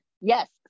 Yes